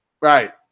Right